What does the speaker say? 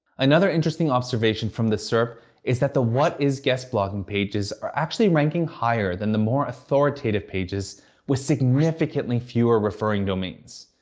another interesting observation from this serp is that the what is guest blogging pages are actually ranking higher than the more authoritative pages with significantly fewer referring domains.